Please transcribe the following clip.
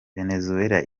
venezuela